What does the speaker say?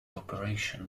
operation